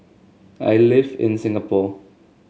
I live in Singapore